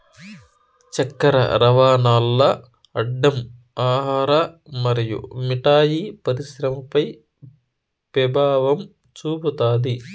చక్కర రవాణాల్ల అడ్డం ఆహార మరియు మిఠాయి పరిశ్రమపై పెభావం చూపుతాది